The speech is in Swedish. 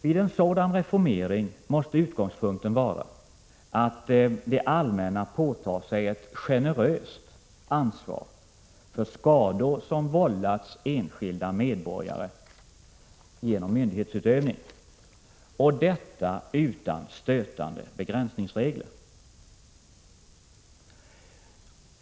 Vid en sådan reformering måste utgångspunkten vara att det allmänna påtar sig ett generöst ansvar för skador som vållats enskilda medborgare genom myndighetsutövning och detta utan stötande begränsningsregler.